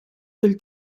del